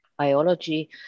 biology